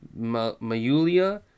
Mayulia